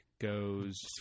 goes